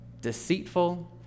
deceitful